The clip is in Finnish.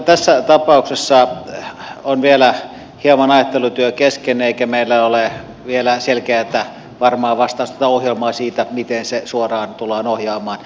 tässä tapauksessa on ajattelutyö vielä hieman kesken eikä meillä ole vielä selkeätä varmaa ohjelmaa siitä miten se suoraan tullaan ohjaamaan